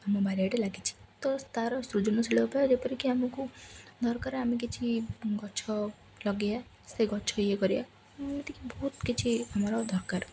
ଆମ ବାରିଆଟେ ଲାଗିଛି ତ ତା'ର ସୃଜନଶିଳତା ଯେପରିକି ଆମକୁ ଦରକାର ଆମେ କିଛି ଗଛ ଲଗେଇବା ସେ ଗଛ ଇଏ କରିବା ଏମିତିକି ବହୁତ କିଛି ଆମର ଦରକାର